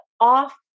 off